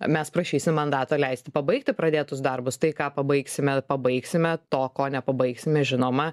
mes prašysim mandato leisti pabaigti pradėtus darbus tai ką pabaigsime pabaigsime to ko nepabaigsime žinoma